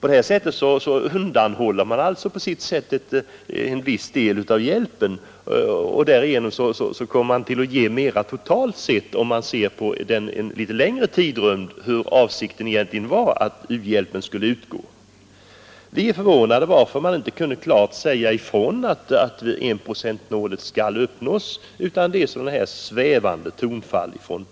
På det här sättet undanhåller man u-länderna en viss del av hjälpen, och därigenom kommer man att ge mindre totalt sett om man ser det på längre sikt. Vi är förvånade över att socialdemokraterna inte klart vill säga ifrån att enprocentsmålet skall uppnås utan kommer med svävande uttalanden.